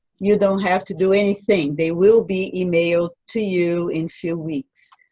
you don't have to do anything they will be emailed to you in few weeks.